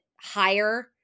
higher